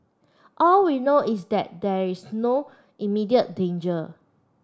all we know is that there is no immediate danger